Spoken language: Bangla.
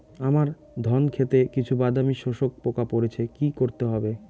আমার ধন খেতে কিছু বাদামী শোষক পোকা পড়েছে কি করতে হবে?